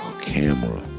camera